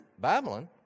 Babylon